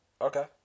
Okay